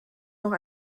noch